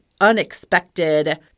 unexpected